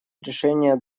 решения